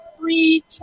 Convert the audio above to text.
free